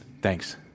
Thanks